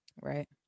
Right